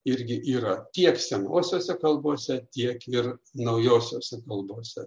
irgi yra tiek senosiose kalbose tiek ir naujosiose kalbose